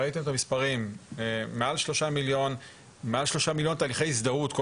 ראיתם את המספרים מעל 3 מיליון תהליכי הזדהות כל